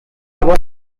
aber